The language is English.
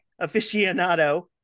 aficionado